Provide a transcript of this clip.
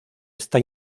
esta